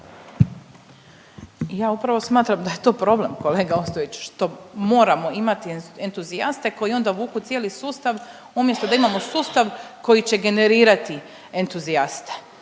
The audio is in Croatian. Ja upravo smatram da je to problem kolega Ostojić što moramo imati entuzijaste koji onda vuku cijeli sustav, umjesto da imamo sustav koji će generirati entuzijaste.